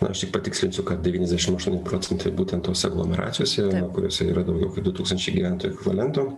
na aš tik patikslinsiu kad devyniasdešim aštuoni procentai būtent tose aglomeracijose kuriose yra daugiau kaip du tūkstančiai gyventojų ekvivalentų